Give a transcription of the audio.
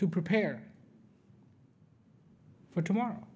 to prepare for tomorrow